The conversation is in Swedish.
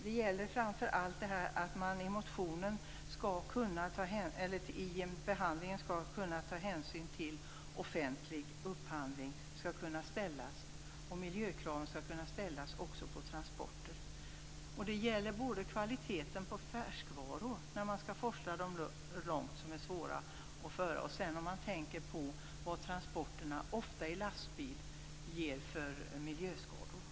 Det gäller framför allt att man vid offentlig upphandling skall kunna ta hänsyn till miljön och också ställa miljökrav på transporter. Det gäller kvaliteten på färskvaror, som är svåra att forsla runt. Man måste också tänka på vilka miljöskador transporterna ger, som ju ofta sker med lastbil.